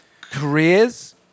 Careers